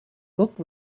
cook